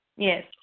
Yes